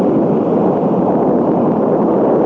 or